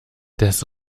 des